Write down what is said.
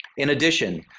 in addition,